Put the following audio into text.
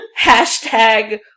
Hashtag